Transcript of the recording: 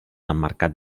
emmarcat